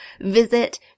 visit